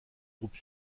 groupe